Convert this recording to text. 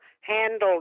handled